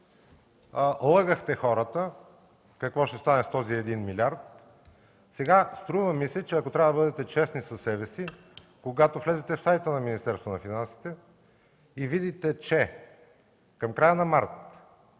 лъгахте хората какво ще стане с този един милиард. Сега, струва ми се, че ако трябва да бъдете честни със себе си, когато влезете в сайта на Министерството на финансите и видите, че към края на месец